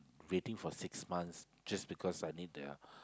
waiting for six months just because I need the